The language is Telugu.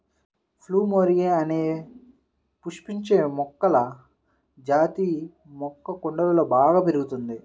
ప్లూమెరియా అనే పుష్పించే మొక్కల జాతి మొక్క కుండలలో బాగా పెరుగుతుంది